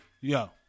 Yo